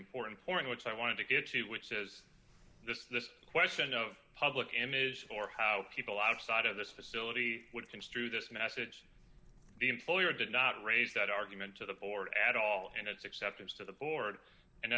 important point which i wanted to get to which is this this question of public image or how people outside of this facility would construe this message the employer did not raise that argument to the board at all in its acceptance to the board and